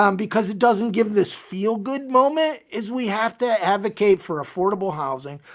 um because it doesn't give this feel good moment, is we have to advocate for affordable housing.